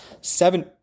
seven